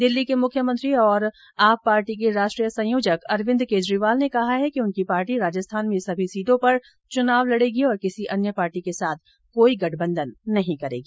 दिल्ली के मुख्यमंत्री और आप पार्टी के राष्ट्रीय संयोजक अरविंद केजरीवाल ने कहा है कि उनकी पार्टी राजस्थान में सभी सीटों पर चुनाव लडेगी और किसी अन्य पार्टी के साथ कोई गठबंधन नहीं करेगी